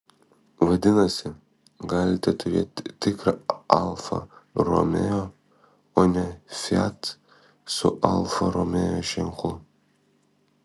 vadinasi galite turėti tikrą alfa romeo o ne fiat su alfa romeo ženklu